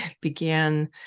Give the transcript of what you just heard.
began